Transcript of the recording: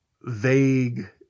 vague